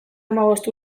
hamabost